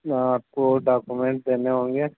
आपको डौक्यूमेंट देने होंगे